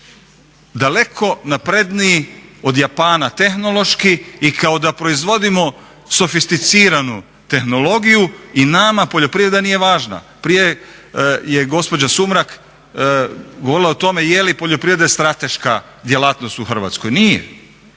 daleko napredniji od Japana tehnološki i kao da proizvodimo sofisticiranu tehnologiju i nama poljoprivreda nije važna. Prije je gospođa Sumrak govorila o tome je li poljoprivreda strateška djelatnost u Hrvatskoj. Nije.